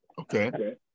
Okay